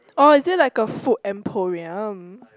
orh is it like a food emporium